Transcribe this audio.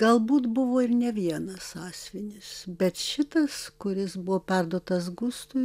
galbūt buvo ir ne vienas sąsiuvinis bet šitas kuris buvo perduotas gustui